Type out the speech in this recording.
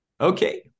Okay